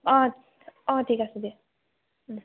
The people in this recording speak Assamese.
অঁ অঁ ঠিক আছে দে